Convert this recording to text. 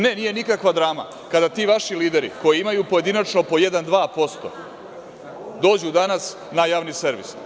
Ne, nije nikakva drama kada ti vaši lideri koji imaju pojedinačno po 1%, 2% dođu danas na javni servis.